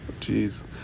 Jeez